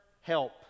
help